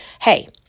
Hey